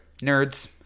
Nerds